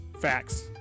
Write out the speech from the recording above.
Facts